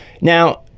Now